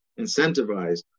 incentivized